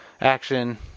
action